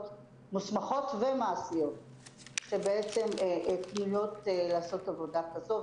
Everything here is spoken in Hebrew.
המוסמכות והמעשיות שפנויות לעשות עבודה כזו,